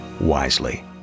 wisely